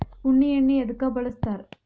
ಉಣ್ಣಿ ಎಣ್ಣಿ ಎದ್ಕ ಬಳಸ್ತಾರ್?